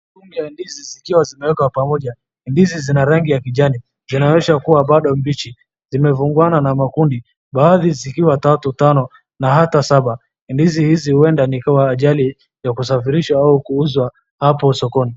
Mkunga wa ndizi zikiwa zimewekwa pamoja, ndizi zina rangi ya kijani, inaonyesha kuwa bado mbichi, zimefungwana na makundi, baadhi zikiwa tatu, tano na hata saba, ndizi hizi huenda ni kwa ajali ya kusafirishwa au kuuzwa hapo sokoni.